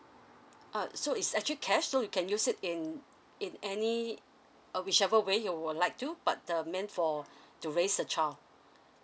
uh so it's actually cash so you can use it in in any uh whichever way you would like to but the meant for to raise a child